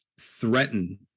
threaten